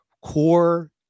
core